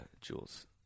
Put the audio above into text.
Jules